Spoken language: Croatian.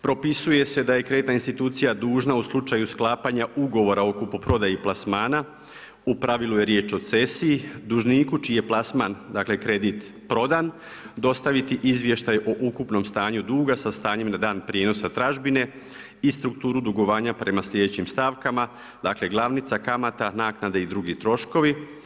Propisuje se da je kreditna institucija dužna u slučaju sklapanja ugovora o kupoprodaji plasmana, u pravilu je riječ o cesiji, dužniku čiji je plasman dakle kredit prodan dostaviti izvještaj o ukupnom stanju duga sa stanjem na dan prijenosa tražbine i strukturu dugovanja prema sljedećim stavkama dakle, glavnica, kamata, naknada i drugi troškovi.